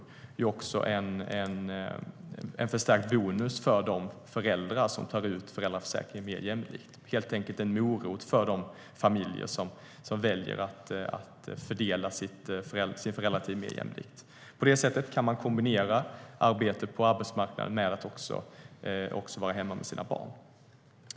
Det är också en förstärkt bonus för de föräldrar som tar ut föräldraförsäkringen mer jämlikt, helt enkelt en morot för de familjer som väljer att fördela sin föräldratid mer jämlikt. På det sättet kan man kombinera arbete på arbetsmarknaden med att också vara hemma med sina barn.